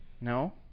No